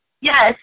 Yes